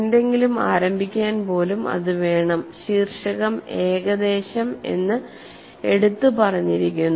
എന്തെങ്കിലും ആരംഭിക്കാൻ പോലും അത് വേണം ശീർഷകം ഏകദേശം എന്ന് എടുത്തു പറഞ്ഞിരിക്കുന്നു